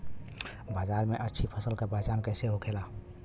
बाजार में अच्छी फसल का पहचान कैसे होखेला?